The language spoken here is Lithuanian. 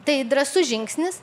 tai drąsus žingsnis